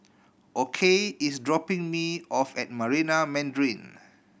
Okey is dropping me off at Marina Mandarin